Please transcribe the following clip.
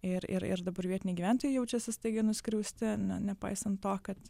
ir ir ir dabar vietiniai gyventojai jaučiasi staigiai nuskriausti ne nepaisant to kad